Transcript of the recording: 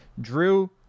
Drew